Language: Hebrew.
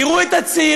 תראו את הצעירים,